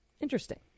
Interesting